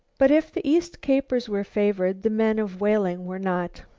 but if the east capers were favored, the men of whaling were not.